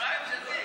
חברה ממשלתית.